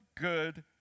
good